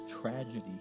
tragedy